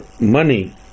money